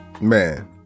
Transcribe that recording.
man